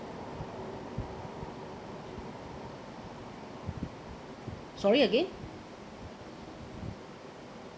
sorry again